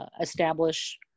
establish